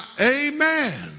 Amen